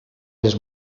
les